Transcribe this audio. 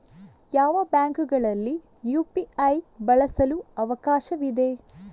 ಯಾವ ಬ್ಯಾಂಕುಗಳಲ್ಲಿ ಯು.ಪಿ.ಐ ಬಳಸಲು ಅವಕಾಶವಿದೆ?